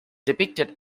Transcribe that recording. depicted